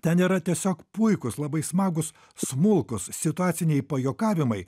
ten yra tiesiog puikūs labai smagūs smulkūs situaciniai pajuokavimai